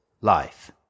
life